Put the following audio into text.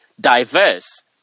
diverse